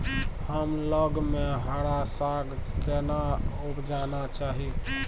कम लग में हरा साग केना उपजाना चाही?